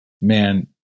Man